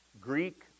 Greek